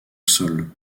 sol